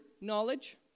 knowledge